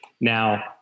Now